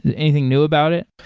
anything new about it?